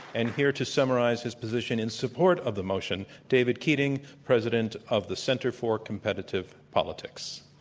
and here to summarize his position in support of the motion, david keating, president of the center for competitive politics.